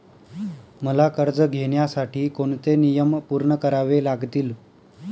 मला कर्ज घेण्यासाठी कोणते नियम पूर्ण करावे लागतील?